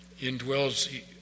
indwells